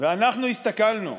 ואנחנו הסתכלנו.